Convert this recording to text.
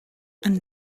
and